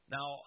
Now